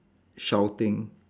shouting